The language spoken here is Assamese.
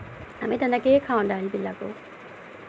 আমি তেনেকেই খাওঁ দাইলবিলাকো